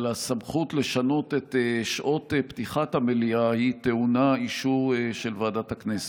אבל הסמכות לשנות את שעות פתיחת המליאה טעונה אישור של ועדת הכנסת.